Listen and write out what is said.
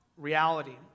reality